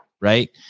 Right